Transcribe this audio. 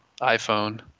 iphone